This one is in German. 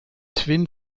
twin